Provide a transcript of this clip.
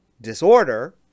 disorder